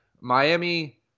Miami